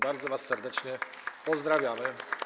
Bardzo was serdecznie pozdrawiamy.